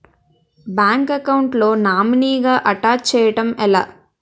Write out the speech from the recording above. Bank account లో నామినీగా attach చేయడం ఎలా?